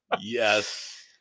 yes